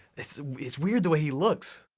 it's it's weird the way he looks.